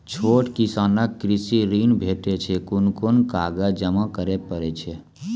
छोट किसानक कृषि ॠण भेटै छै? कून कून कागज जमा करे पड़े छै?